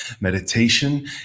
meditation